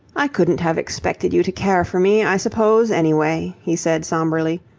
i couldn't have expected you to care for me, i suppose, anyway, he said, sombrely.